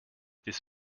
this